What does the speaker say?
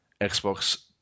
Xbox